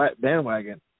bandwagon